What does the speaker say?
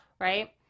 right